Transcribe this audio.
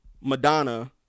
madonna